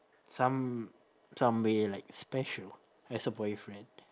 some some way like special as a boyfriend